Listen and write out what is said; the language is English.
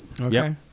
Okay